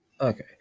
Okay